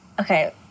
Okay